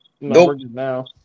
Nope